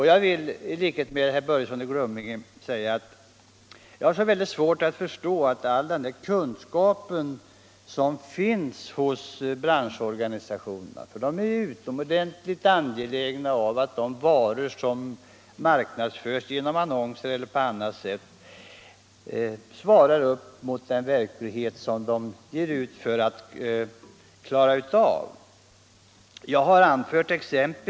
Jag vill i likhet med herr Börjesson i Glömminge säga att branschorganisationerna är utomordentligt angelägna om att de varor som marknadsförs genom annonser och på annat sätt skall motsvara vad de ges ut för att vara. Jag har därför svårt att förstå att branschorganisationerna med den kunskap de har inte skulle kunna klara av detta.